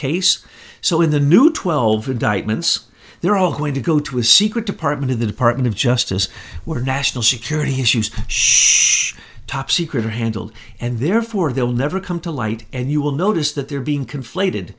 case so in the new twelve indictments they're all going to go to a secret department of the department of justice where national security issues should top secret are handled and therefore they will never come to light and you will notice that they're being conflated